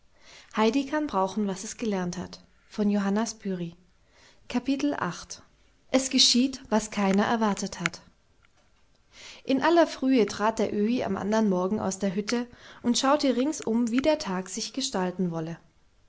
es geschieht was keiner erwartet hat in aller frühe trat der öhi am andern morgen aus der hütte und schaute ringsum wie der tag sich gestalten wolle